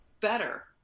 better